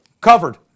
covered